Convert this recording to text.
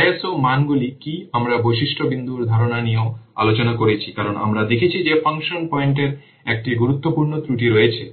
ISO মানগুলি কি আমরা বৈশিষ্ট্য বিন্দুর ধারণা নিয়েও আলোচনা করেছি কারণ আমরা দেখেছি যে ফাংশন পয়েন্টের একটি গুরুত্বপূর্ণ ত্রুটি রয়েছে